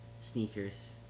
sneakers